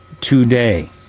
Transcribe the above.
today